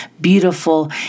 beautiful